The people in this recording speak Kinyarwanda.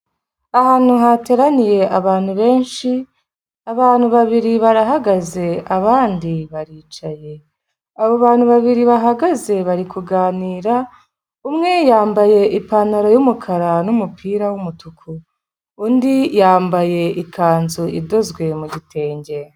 Ahantu hateraniye abantu benshi, abantu babiri barahagaze abandi baricaye, abo bantu babiri bahagaze bari kuganira, umwe yambaye ipantaro y'umukara n'umupira w'umutuku undi yambaye ikanzu idozwe mu gitenge.